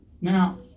Now